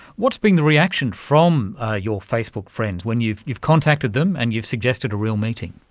what has been the reaction from your facebook friends when you've you've contacted them and you've suggested a real meeting?